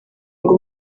ngo